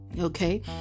Okay